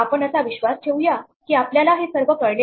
आपण असा विश्वास ठेवू या की आपल्याला हे सर्व कळले आहे